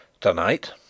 Tonight